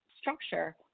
structure